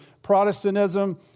protestantism